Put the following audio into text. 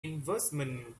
investment